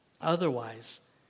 Otherwise